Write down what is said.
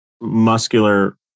Muscular